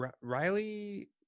Riley